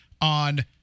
on